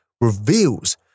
reveals